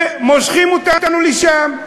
ומושכים אותנו לשם,